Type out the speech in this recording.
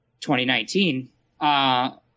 2019